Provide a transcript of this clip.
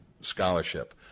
scholarship